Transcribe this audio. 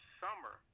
summer